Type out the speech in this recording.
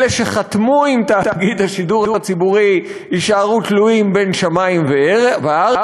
אלה שחתמו עם תאגיד השידור הציבורי יישארו תלויים בין שמים לארץ,